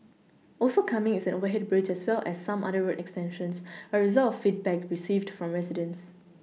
also coming is an overhead bridge as well as some other road extensions a result of feedback received from residents